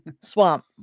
Swamp